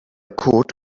code